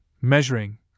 measuring